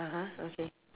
(uh huh) okay